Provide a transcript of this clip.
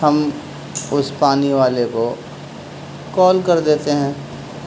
ہم اس پانی والے کو کال کر دیتے ہیں